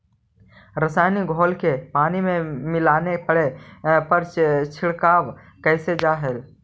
रसायनिक घोल के पानी में मिलाके पेड़ पर छिड़काव कैल जा हई